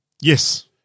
Yes